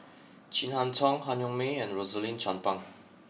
Chin Harn Tong Han Yong May and Rosaline Chan Pang